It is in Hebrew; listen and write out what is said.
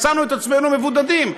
מצאנו את עצמנו מבודדים.